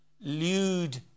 lewd